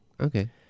Okay